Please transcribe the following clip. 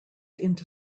into